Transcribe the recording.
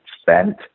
spent